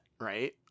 right